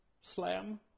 slam